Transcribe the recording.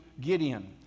Gideon